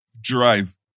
drive